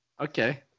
okay